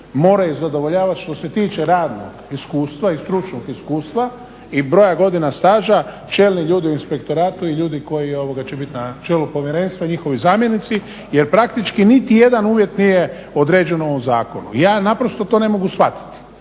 moraju zadovoljavati što se tiče radnog iskustva i stručnog iskustva i broja godina staža čelni ljudi u inspektoratu i ljudi koji će biti na čelu povjerenstva i njihovi zamjenici. Jer praktički niti jedan uvjet nije određen u ovom zakonu i ja ne to ne mogu shvatiti.